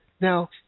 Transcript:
Now